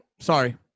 sorry